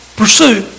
pursue